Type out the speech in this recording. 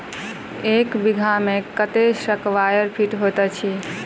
एक बीघा मे कत्ते स्क्वायर फीट होइत अछि?